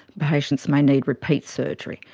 patients may need repeat surgery.